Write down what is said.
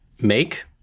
make